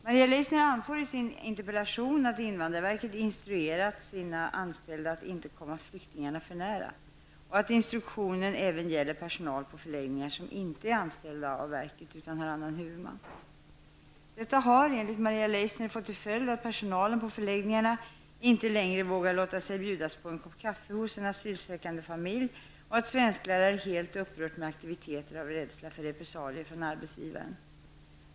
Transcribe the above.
Maria Leissner anför i sin interpellation att invandrarverket instruerat sina anställda att inte ''komma flyktingarna för nära'' och att instruktionen även gäller personal på förläggningarna som inte är anställda av verket utan har annan huvudman. Detta har, enligt Maria Leissner, fått till följd att personalen på förläggningarna inte längre vågar låta sig bjudas på en kopp kaffe hos en asylsökande familj och att svensklärare helt upphör med aktiviteter av rädsla för repressalier från arbetsgivaren.